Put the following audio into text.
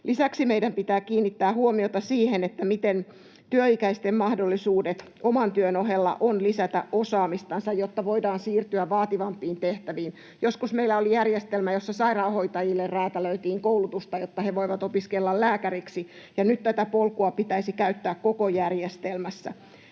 Lisäksi meidän pitää kiinnittää huomiota siihen, mitkä ovat työikäisten mahdollisuudet oman työn ohella lisätä osaamistansa, jotta voidaan siirtyä vaativampiin tehtäviin. Joskus meillä oli järjestelmä, jossa sairaanhoitajille räätälöitiin koulutusta, jotta he voivat opiskella lääkäriksi, ja nyt tätä polkua pitäisi käyttää koko järjestelmässä.